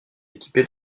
équipée